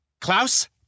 Klaus